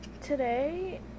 Today